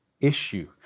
issue